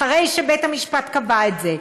אחרי שבית-המשפט קבע את זה,